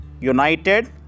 United